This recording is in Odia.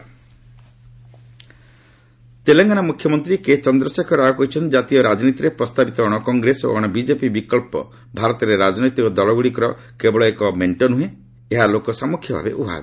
ରାଓ ଅଲ୍ଟର୍ନେଟିଭ୍ ପଲିଟିକ୍ସ ତେଲଙ୍ଗାନା ମୁଖ୍ୟମନ୍ତ୍ରୀ କେ ଚନ୍ଦ୍ରଶେଖର ରାଓ କହିଛନ୍ତି ଜାତୀୟ ରାଜନୀତିରେ ପ୍ରସ୍ତାବିତ ଅଶକଂଗ୍ରେସ ଓ ଅଣ ବିଜେପି ବିକଳ୍ପ ଭାରତରେ ରାକନୈତିକ ଦଳଗୁଡ଼ିକର କେବଳ ଏହା ଏକ ମେଣ୍ଟ ନୁହେଁ ଏହା ଲୋକସାମ୍ମୁଖ୍ୟ ଭାବେ ଉଭା ହେବ